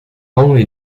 only